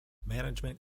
management